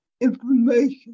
information